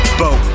boat